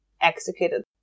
executed